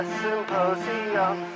symposium